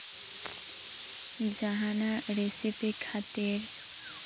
ᱡᱟᱦᱟᱱᱟᱜ ᱨᱮᱥᱤᱯᱤ ᱠᱷᱟᱹᱛᱤᱨ